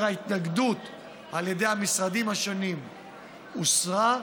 וההתנגדות של המשרדים השונים הוסרה,